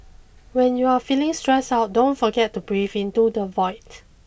when you are feeling stressed out don't forget to breathe into the void